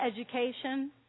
education